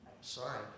Sorry